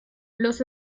los